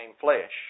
flesh